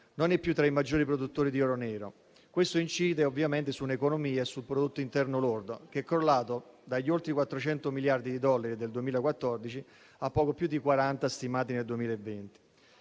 non è più tra i maggiori produttori di oro nero. Questo incide ovviamente sull'economia e sul prodotto interno lordo, che è crollato dagli oltre 400 miliardi di dollari del 2014 ai poco più di 40 stimati nel 2020.